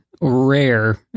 rare